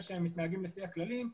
שהם מתנהגים לפי הכללים.